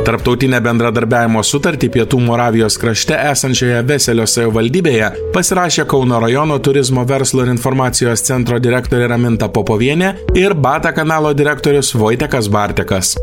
tarptautinę bendradarbiavimo sutartį pietų moravijos krašte esančioje beselio savivaldybėje pasirašė kauno rajono turizmo verslo ir informacijos centro direktorė raminta popovienė ir bata kanalo direktorius vojdekas bartikas